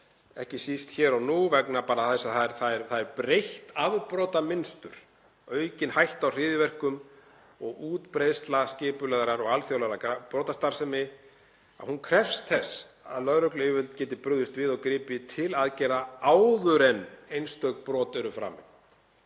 ekki síst hér og nú vegna þess að það er breytt afbrotamynstur og aukin hætta á hryðjuverkum og útbreiðsla skipulagðrar og alþjóðlegrar brotastarfsemi krefst þess að lögregluyfirvöld geti brugðist við og gripið til aðgerða áður en einstök brot eru framin.